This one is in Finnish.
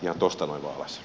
arvoisa puhemies